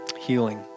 Healing